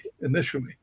initially